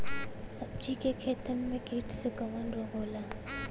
सब्जी के खेतन में कीट से कवन रोग होला?